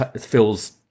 feels